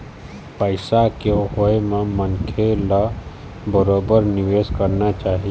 पइसा के होय म मनखे मन ल बरोबर निवेश करना चाही